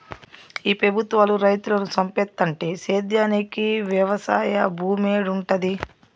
ఈ పెబుత్వాలు రైతులను సంపేత్తంటే సేద్యానికి వెవసాయ భూమేడుంటది